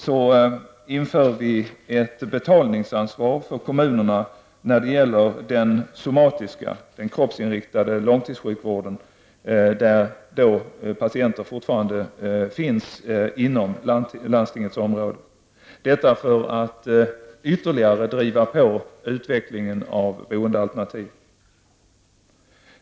Vi inför ett betalningsansvar för kommunerna när det gäller den somatiska -- kroppsinriktade -- långtidssjukvården, där patienter fortfarande finns inom landstingets område. Avsikten är att ytterligare driva på utvecklingen av boendealternativ.